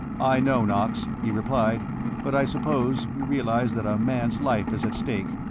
i know, knox, he replied but i suppose you realize that a man's life is at stake.